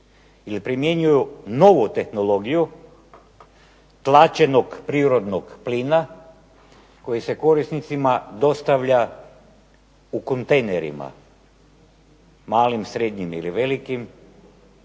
ili primjenjuju novu tehnologiju tlačenog prirodnog plina koji se korisnicima dostavlja u kontejnerima, malim, srednjim ili velikim